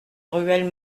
ruelle